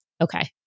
Okay